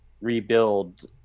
rebuild